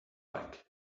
like